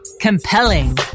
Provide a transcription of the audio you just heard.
Compelling